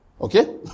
Okay